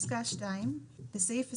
בסעיף 28,